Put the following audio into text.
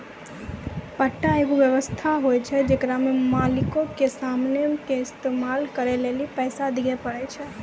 पट्टा एगो व्य्वस्था होय छै जेकरा मे मालिको के समानो के इस्तेमाल करै लेली पैसा दिये पड़ै छै